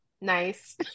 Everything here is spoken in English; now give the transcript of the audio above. Nice